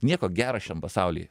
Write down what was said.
nieko gero šiam pasauly